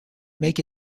make